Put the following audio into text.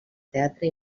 teatre